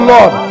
Lord